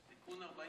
ההצעה בדבר